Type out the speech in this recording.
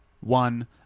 one